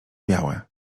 białe